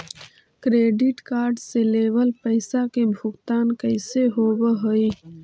Credit card से लेवल पैसा के भुगतान कैसे होव हइ?